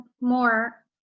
more